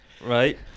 right